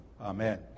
amen